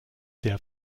der